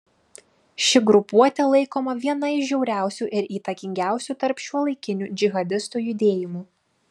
ši grupuotė laikoma viena iš žiauriausių ir įtakingiausių tarp šiuolaikinių džihadistų judėjimų